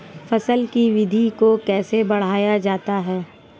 फसल की वृद्धि को कैसे बढ़ाया जाता हैं?